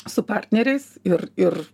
su partneriais ir ir